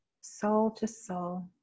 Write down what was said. soul-to-soul